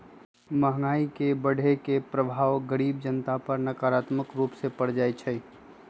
महंगाई के बढ़ने के प्रभाव गरीब जनता पर नकारात्मक रूप से पर जाइ छइ